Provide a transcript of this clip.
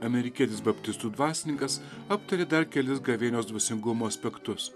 amerikietis baptistų dvasininkas aptarė dar kelis gavėnios dvasingumo aspektus